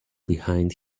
behind